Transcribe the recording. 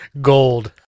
gold